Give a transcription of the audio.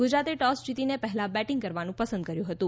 ગુજરાતે ટોસ જીતીને પહેલા બેટીંગ કરવાનું પસંદ કર્યું હતું